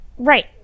Right